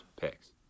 picks